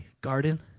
Garden